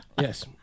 Yes